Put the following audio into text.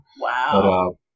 Wow